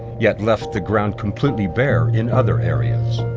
yet left the ground completely bare in other areas.